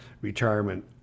retirement